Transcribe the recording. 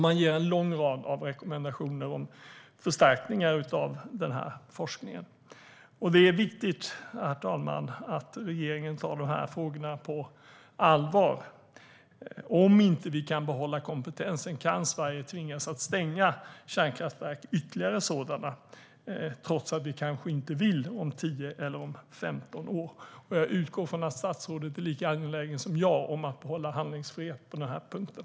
Man ger en lång rad rekommendationer om förstärkningar av forskningen. Herr talman! Det är viktigt att regeringen tar dessa frågor på allvar. Om vi inte kan behålla kompetensen kan Sverige tvingas att stänga ytterligare kärnkraftverk, trots att vi kanske inte vill, om 10 eller 15 år. Jag utgår från att statsrådet är lika angelägen som jag om att behålla handlingsfrihet på den punkten.